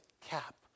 cap